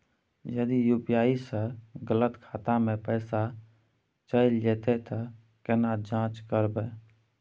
यदि यु.पी.आई स गलत खाता मे पैसा चैल जेतै त केना जाँच करबे?